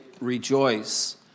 rejoice